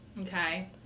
okay